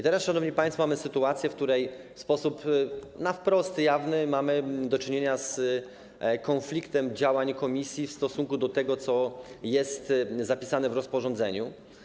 Teraz, szanowni państwo, jest sytuacja, w której w sposób wprost jawny mamy do czynienia z konfliktem działań Komisji w stosunku do tego, co jest zapisane w rozporządzeniu.